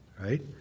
right